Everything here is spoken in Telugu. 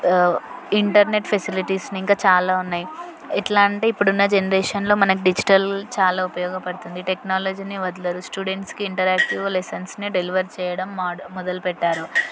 ఇంటర్నెట్ ఫెసిలిటీస్ని ఇంకా చాలా ఉన్నాయి ఎట్లా అంటే ఇప్పుడున్న జనరేషన్లో మనకు డిజిటల్ చాలా ఉపయోగపడుతుంది టెక్నాలజీనే వదలరు స్టూడెంట్స్కి ఇంటరాక్టివ్ లెసన్స్ని డెలివరీ చేయడం మోడ్రన్ మొదలు పెట్టారు